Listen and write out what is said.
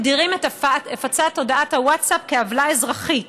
אנחנו מגדירים את הפצת הודעת הווטסאפ כעוולה אזרחית,